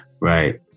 right